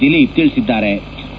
Dilip ತಿಳಿಬದ್ದಾರೆ